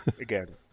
Again